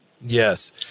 Yes